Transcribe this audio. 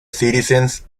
citizens